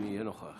אם יהיה נוכח,